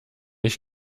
ich